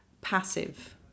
passive